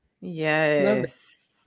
Yes